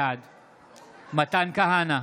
בעד מתן כהנא,